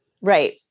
right